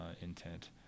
intent